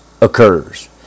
occurs